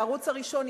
והערוץ הראשון,